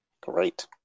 Great